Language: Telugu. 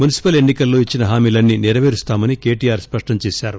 మున్పిపల్ ఎన్పి కల్లో ఇచ్చిన హామీలన్నీ నెరవేరుస్తామని కేటీఆర్ స్పష్టం చేశారు